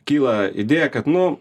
kyla idėja kad nu